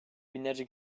binlerce